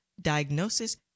diagnosis